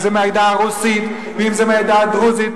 אם זה מהעדה הרוסית ואם זה מהעדה הדרוזית